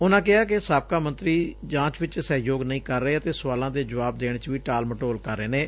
ਉਨਾਂ ਕਿਹਾ ਕਿ ਸਾਬਕਾ ਮੰਤਰੀ ਜਾਂਚ ਵਿਚ ਸਹਿਯੋਗ ਨਹੀ ਕਰ ਰਹੇ ਅਤੇ ਸੁਆਲਾਂ ਦੇ ਜੁਆਬ ਦੇਣ ਚ ਵੀ ਟਾਲ ਮਟੋਲ ਕਰ ਰਹੇ ਨੈ